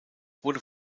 wurde